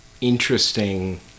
interesting